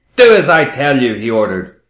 do as i tell you, he ordered.